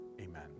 Amen